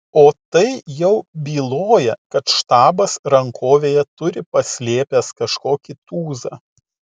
o tai jau byloja kad štabas rankovėje turi paslėpęs kažkokį tūzą